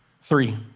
Three